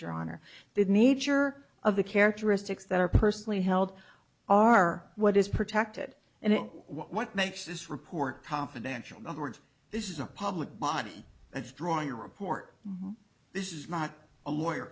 your honor the nature of the characteristics that are personally held are what is protected and what makes this report confidential in other words this is a public body that's drawing a report this is not a lawyer